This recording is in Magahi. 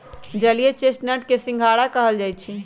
जलीय चेस्टनट के सिंघारा कहल जाई छई